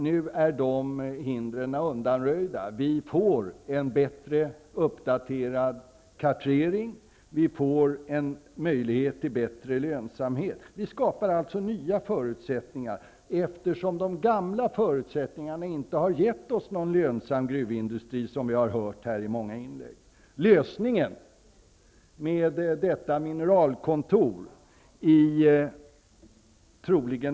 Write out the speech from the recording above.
Nu är dessa hinder undanröjda, och vi får en bättre, uppdaterad kartering samt en möjlighet till bättre lönsamhet. Vi skapar alltså nya förutsättningar, eftersom de gamla förutsättningarna inte har gett oss någon lönsam gruvindustri, som vi har hört i många inlägg i dag.